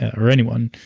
and or anyone.